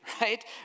right